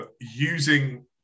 using